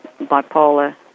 bipolar